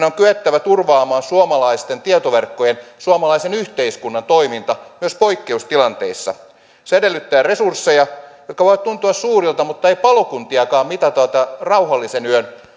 on kyettävä turvaamaan suomalaisten tietoverkkojen suomalaisen yhteiskunnan toiminta myös poikkeustilanteissa se edellyttää resursseja jotka voivat tuntua suurilta mutta ei palokuntiakaan mitata rauhallisen yön